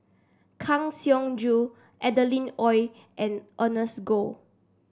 Kang Siong Joo Adeline Ooi and Ernest Goh